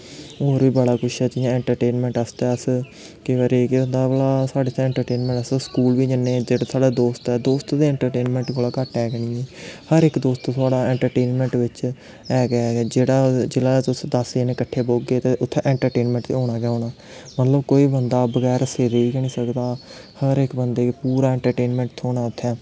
होर बी बड़ा कुछ ऐ जि'यां इंट्रटेनमैंट आस्तै अस केईं बारी केह् होंदा भला साढ़े इत्थै स्कूल बी जन्ने जेह्ड़ा साढ़ा दोस्त ऐ दोस्ता दे इंट्रटेनमैंट कोला घट्ट है गै निं हर इक दोस्त साढ़ा इंट्रटेनमैंट च है गै है जिसलै तुस दस जने बौह्गे ते उत्थै इंट्रटेनमैंट ते होना गै होना मतलब कि बंदा बगैर हस्से कोई बंदा रेही गै निं सकदा हर इक बंदे गी पूरा इंट्रटेनमैंट थ्होना उत्थै